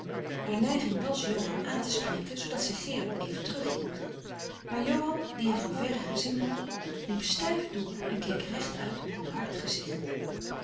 haar neiging was johan aan te spreken zoodat zij gerard even terug hield maar johan die hen van verre gezien had liep stijf door en keek recht uit met een hard gezicht